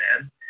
man